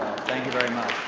thank you very much.